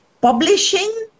publishing